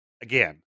again